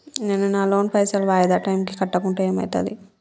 నేను నా లోన్ పైసల్ వాయిదా టైం కి కట్టకుంటే ఏమైతది?